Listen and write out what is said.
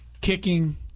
kicking